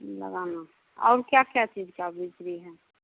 लगाना और क्या क्या चीज का बिक्री है